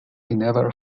never